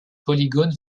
polygone